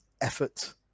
effort